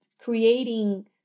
creating